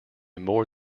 more